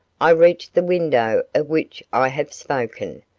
i reached the window of which i have spoken,